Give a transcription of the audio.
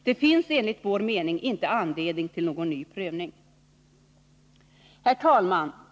Det finns enligt vår mening inte anledning till någon ny prövning. Herr talman!